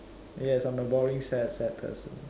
yes I am a boring sad sad person